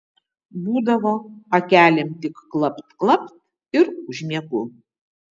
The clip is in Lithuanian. būdavo akelėm tik klapt klapt ir užmiegu